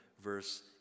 verse